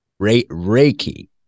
Reiki